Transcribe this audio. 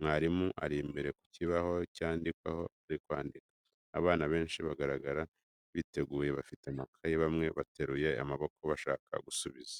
Mwarimu ari imbere ku kibaho cyandikwaho ari kwandika. Abana benshi bagaragara biteguye bafite amakayi, bamwe bateruye amaboko bashaka gusubiza.